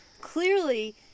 Clearly